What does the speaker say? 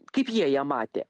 kaip jie ją matė